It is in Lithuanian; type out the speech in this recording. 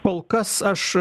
kol kas aš